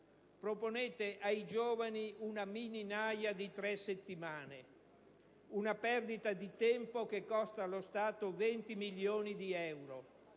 Proponete ai giovani una mini naja di tre settimane. Una perdita di tempo che costa allo Stato 20 milioni di euro.